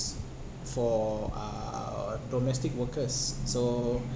for uh domestic workers so